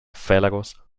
felagos